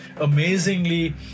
amazingly